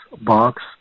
box